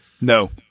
No